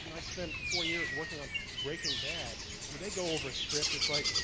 and i spent four years working on breaking bad and when they go over a script, it's like,